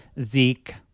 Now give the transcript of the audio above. Zeke